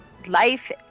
life